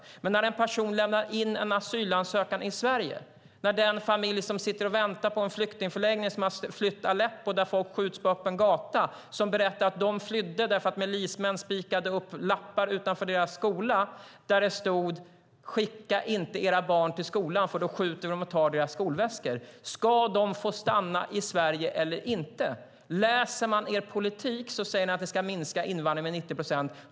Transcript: Men det handlar om en person som lämnar in en asylansökan i Sverige eller en familj som sitter och väntar på en flyktinganläggning och som har flytt Aleppo där människor skjuts på öppen gata. De berättar att de flydde därför att milismän spikade upp lappar utanför deras skola där det stod: Skicka inte era barn till skolan, för då skjuter vi dem och tar deras skolväskor. Ska de få stanna i Sverige eller inte? Läser man er politik säger ni att ni ska minska invandringen med 90 procent.